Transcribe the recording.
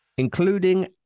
including